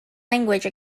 language